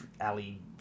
alley